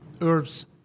herbs